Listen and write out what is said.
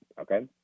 Okay